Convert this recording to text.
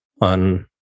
on